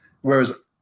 whereas